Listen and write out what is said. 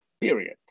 period